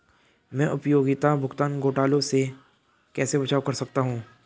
मैं उपयोगिता भुगतान घोटालों से कैसे बचाव कर सकता हूँ?